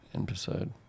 Episode